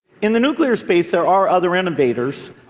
in the nuclear space there are other innovators.